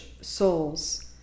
souls